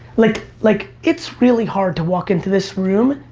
like like it's really hard to walk into this room,